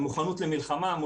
מוכנות למלחמה,